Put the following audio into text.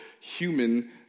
human